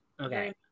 okay